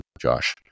Josh